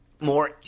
more